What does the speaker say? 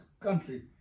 country